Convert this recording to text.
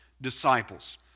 disciples